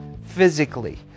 physically